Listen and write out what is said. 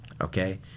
Okay